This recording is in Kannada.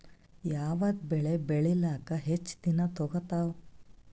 ಯಾವದ ಬೆಳಿ ಬೇಳಿಲಾಕ ಹೆಚ್ಚ ದಿನಾ ತೋಗತ್ತಾವ?